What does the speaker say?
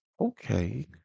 okay